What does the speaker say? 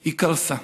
היא קרסה.